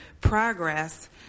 progress